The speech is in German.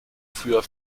für